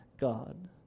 God